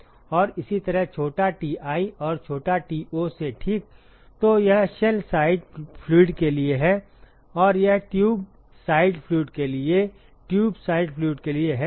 और इसी तरह छोटा Ti और छोटा to से ठीक तो यह शेल साइड फ्लुइड के लिए है और यह ट्यूब साइड फ्लुइड के लिए ट्यूब साइड फ्लुइड के लिए है ठीक